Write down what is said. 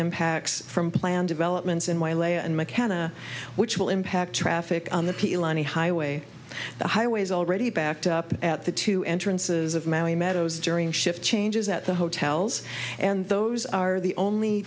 impacts from plan developments in my lane and mckenna which will impact traffic on the pilani highway highways already backed up at the two entrances of maui meadows during shift changes at the hotels and those are the only